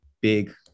big